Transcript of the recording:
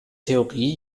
theorie